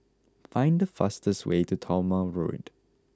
find the fastest way to Talma Road